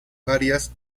varias